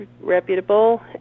reputable